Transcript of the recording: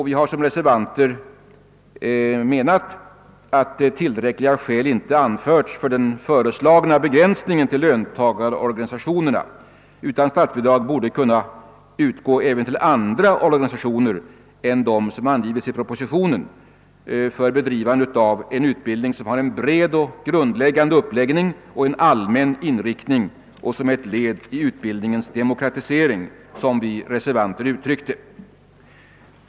Vi har som reservanter uttalat att tillräckliga skäl inte anförts för den föreslagna begränsningen till löntagarorganisationerna utan att statsbidrag borde kunna utgå även till andra organisationer än dem som har angivits i propositionen för bedrivande av utbildning som har en bred och grundläggande uppläggning och en allmän inriktning och som är ett led i utbildningens demokratisering, såsom vi reservanter har uttryckt det.